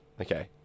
Okay